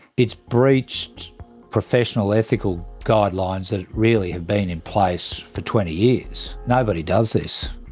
it's breached professional ethical guidelines that really have been in place for twenty years. nobody does this.